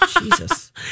Jesus